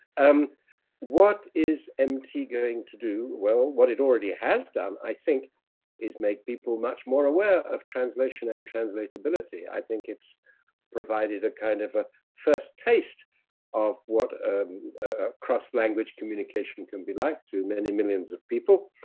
um what is mt going to do? well what it already has done i think is make people much more aware of translation and translatability. i think it's provided a kind of a first taste of what ah cross language communication can be like to many millions of people.